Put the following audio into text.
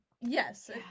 yes